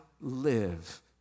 live